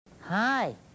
Hi